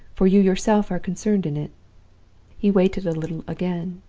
for you yourself are concerned in it he waited a little again,